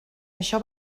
això